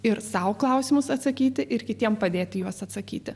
ir sau klausimus atsakyti ir kitiem padėti juos atsakyti